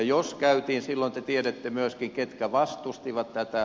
jos käytiin silloin te tiedätte myöskin ketkä vastustivat tätä